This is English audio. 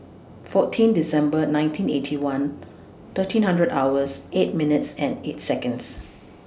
fourteen December nineteen Eighty One thirteen hundred hours eight minutes and eight Seconds